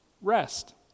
rest